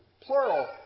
plural